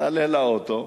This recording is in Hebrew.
תעלה לאוטו,